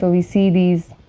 but we see these